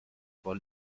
vor